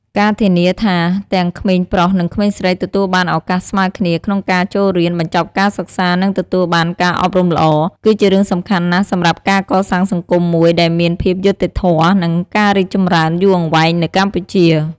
ការធានាថាទាំងក្មេងប្រុស និងក្មេងស្រីទទួលបានឱកាសស្មើគ្នាក្នុងការចូលរៀន បញ្ចប់ការសិក្សា និងទទួលបានការអប់រំល្អ គឺជារឿងសំខាន់ណាស់សម្រាប់ការកសាងសង្គមមួយដែលមានភាពយុត្តិធម៌ និងការរីកចម្រើនយូរអង្វែងនៅកម្ពុជា។